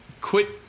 Quit